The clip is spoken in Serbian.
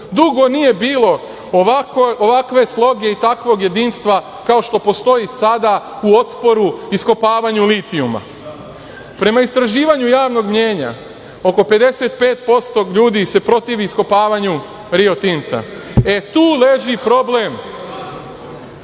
dugo nije bilo ovakve sloge i takvog jedinstva kao što postoji sada u otporu iskopavanja litijuma. Prema istraživanju javnog mnjenja, oko 55% ljudi se protivi iskopavanju Rio Tinta. E, tu leži problem.